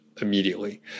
immediately